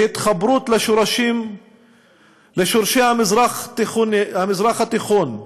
להתחברות לשורשי המזרח התיכון,